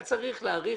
היה צריך להאריך.